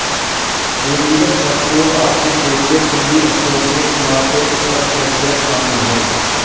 पूंजीगत वस्तुओं आर्थिक देश के पूंजी स्टॉक में इमारतें उपकरण सॉफ्टवेयर शामिल हैं